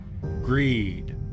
Greed